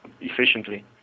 efficiently